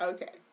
Okay